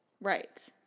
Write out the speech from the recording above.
Right